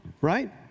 right